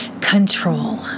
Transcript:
Control